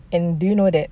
and do you know that